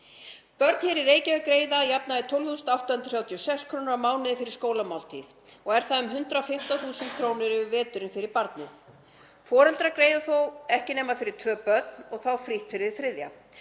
Börn í Reykjavík greiða að jafnaði 12.836 kr. á mánuði fyrir skólamáltíð og eru það um 115.000 kr. yfir veturinn fyrir barnið. Foreldrar greiða þó ekki nema fyrir tvö börn og fá frítt fyrir það þriðja.